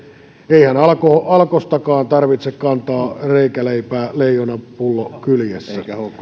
eihän alkostakaan tarvitse kantaa reikäleipää leijona pullon kyljessä